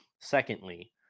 Secondly